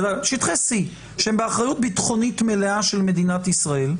שטחי C שהם באחריות ביטחונית מלאה של מדינת ישראל,